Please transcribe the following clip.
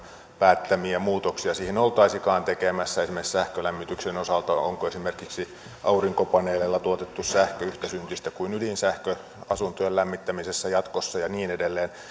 päättämiä muutoksia siihen oltaisikaan tekemässä esimerkiksi sähkölämmityksen osalta onko esimerkiksi aurinkopaneeleilla tuotettu sähkö yhtä syntistä kuin ydinsähkö asuntojen lämmittämisessä jatkossa ja niin edelleen